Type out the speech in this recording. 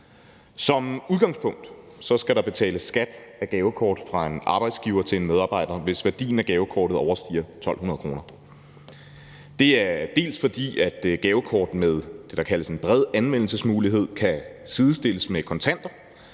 Som udgangspunkt skal der betales skat af gavekort fra en arbejdsgiver til en medarbejder, hvis værdien af gavekortet overstiger 1.200 kr. Det er til dels, fordi gavekort med det, der kaldes en bred anvendelsesmulighed, kan sidestilles med kontanter,